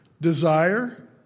desire